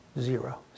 Zero